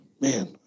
man